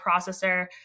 processor